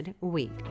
week